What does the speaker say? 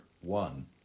one